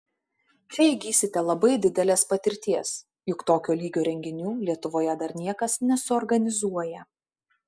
čia įgysite labai didelės patirties juk tokio lygio renginių lietuvoje dar niekas nesuorganizuoja